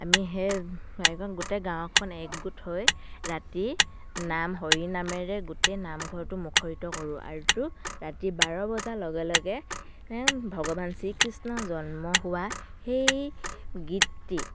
আমি সেই গোটেই গাঁওখন একগোট হৈ ৰাতি নাম হৰি নামেৰে গোটেই নামঘৰটো মুখৰিত কৰোঁ আৰু ৰাতি বাৰ বজাৰ লগে লগে ভগৱান শ্ৰীকৃষ্ণ জন্ম হোৱা সেই গীতটি